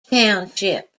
township